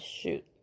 Shoot